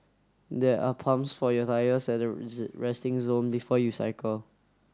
there are pumps for your tyres at the resting zone before you cycle